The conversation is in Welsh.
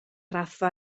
raddfa